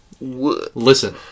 Listen